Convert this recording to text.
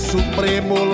Supremo